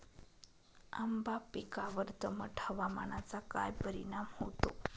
आंबा पिकावर दमट हवामानाचा काय परिणाम होतो?